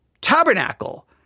tabernacle